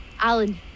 Alan